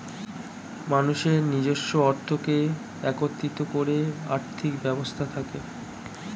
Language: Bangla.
মানুষের নিজস্ব অর্থকে একত্রিত করে আর্থিক ব্যবস্থা থাকে